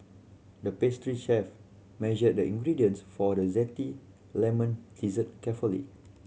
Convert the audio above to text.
the pastry chef measured the ingredients for a zesty lemon dessert carefully